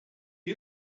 you